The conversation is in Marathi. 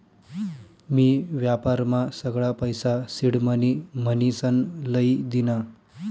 मी व्यापारमा सगळा पैसा सिडमनी म्हनीसन लई दीना